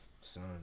Son